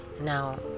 now